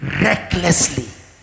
recklessly